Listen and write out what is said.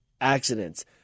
accidents